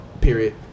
period